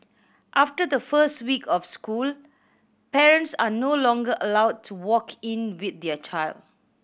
after the first week of school parents are no longer allowed to walk in with their child